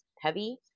heavy